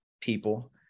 people